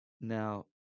Now